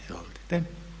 Izvolite.